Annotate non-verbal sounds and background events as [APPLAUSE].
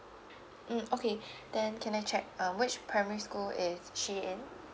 mm okay [BREATH] then can I check uh which primary school is she in